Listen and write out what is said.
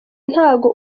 ntago